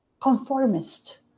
conformist